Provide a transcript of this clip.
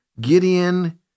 Gideon